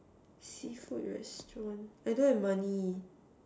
seafood restaurant I don't have money